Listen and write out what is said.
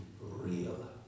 real